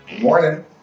morning